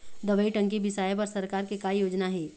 दवई टंकी बिसाए बर सरकार के का योजना हे?